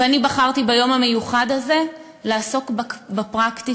ואני בחרתי ביום המיוחד הזה לעסוק בפרקטיקה